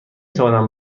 توانم